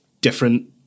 different